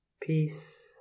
Peace